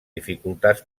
dificultats